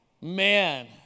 man